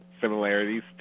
similarities